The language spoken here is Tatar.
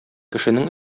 кешенең